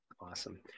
Awesome